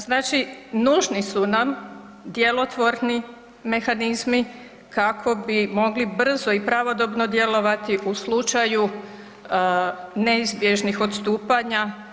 Znači nužni su nam djelotvorni mehanizmi kako bi mogli brzo i pravodobno djelovati u slučaju neizbježnih odstupanja.